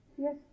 Yes